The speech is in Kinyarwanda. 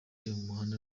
muhanda